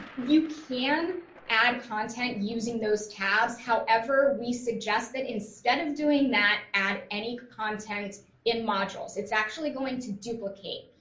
you can add content using those tabs. however, we suggest that instead of doing that, add any content in modules, it's actually going to duplicate.